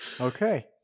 okay